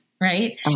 right